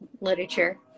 literature